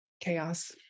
chaos